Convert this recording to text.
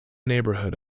neighbourhood